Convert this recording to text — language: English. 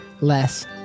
less